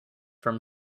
from